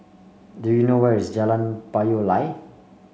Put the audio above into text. do you know where is Jalan Payoh Lai